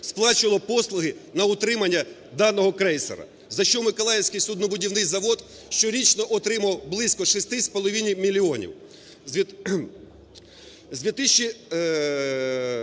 сплачувало послуги на утримання даного крейсера, за що Миколаївський суднобудівний завод щорічно отримував близько 6,5 мільйонів.